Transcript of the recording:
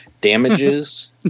Damages